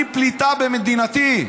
ואני פליטה במדינתי.